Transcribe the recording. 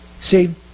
See